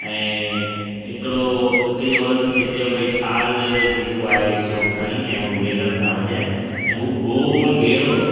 ऐं हिकिड़ो हिकिड़ी औरत खे चयो भई थालु जेको आहे सो खणी ऐं उहो वेलण सां वॼाए ऐं हू गोल घेरो